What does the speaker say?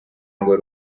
ngo